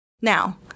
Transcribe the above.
Now